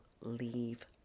leave